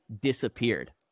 disappeared